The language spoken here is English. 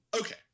Okay